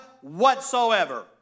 whatsoever